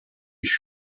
ich